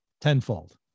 Tenfold